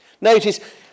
Notice